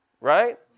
right